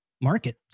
market